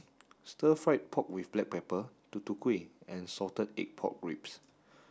stir fried pork with Black Pepper Tutu Kueh and salted egg pork ribs